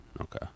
Okay